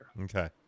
Okay